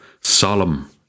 solemn